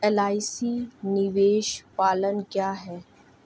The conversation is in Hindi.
एल.आई.सी निवेश प्लान क्या है?